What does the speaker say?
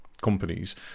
companies